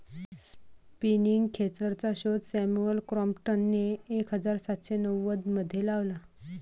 spinning खेचरचा शोध Samuel क्रॉम्प्टनने एक हजार सातशे नव्वदमध्ये लावला